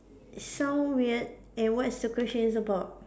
sound weird and what is the question is about